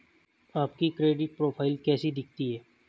आपकी credit profile कैसी दिखती है?